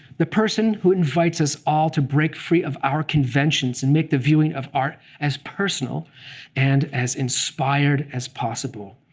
the person who invites us all to break free of our conventions and make the viewing of art as personal and as inspired as possible.